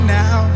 now